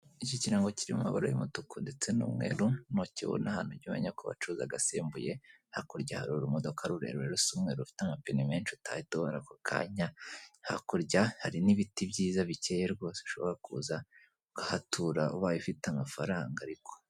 Iki kirango kirimo amabara y'umutuku ndetse n'umweru nukibona ahantu ujye umenya ko kubacuza agasembuye, hakurya hari urumodoka rurerure rusa umweru rufite amapine menshi utahita ubona ako kanya, hakurya hari n'ibiti byiza bikeye rwose ushobora kuza ukahatura ubaye ufite amafaranga ariko.